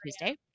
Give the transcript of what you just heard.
Tuesday